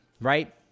right